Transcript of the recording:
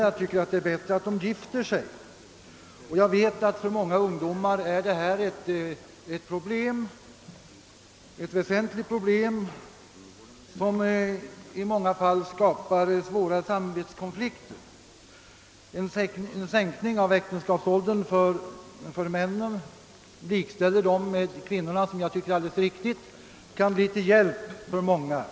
Jag vet att detta för många ungdomar är ett väsentligt problem som ofta skapar svåra samvetskonflikter. En sänkning av äktenskapsåldern för män varigenom de likställs med kvinnorna kan bli till hjälp för många.